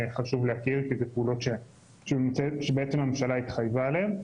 זה חשוב להכיר כי אלו פעולות שבעצם הממשלה התחייבה עליהן.